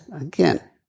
again